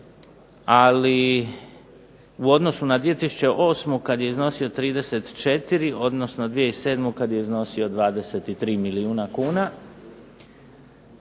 ali u odnosu na 2008. kad je iznosio 34, odnosno 2007. kad je iznosio 23 milijuna kuna